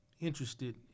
interested